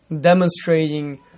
demonstrating